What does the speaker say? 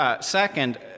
second